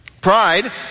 Pride